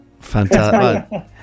fantastic